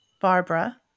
Barbara